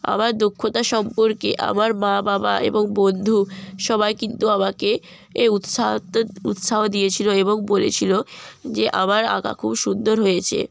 আমার দক্ষতা সম্পর্কে আমার মা বাবা এবং বন্ধু সবাই কিন্তু আমাকে এ উৎসাহ তো উৎসাহ দিয়েছিল এবং বলেছিল যে আমার আঁকা খুব সুন্দর হয়েছে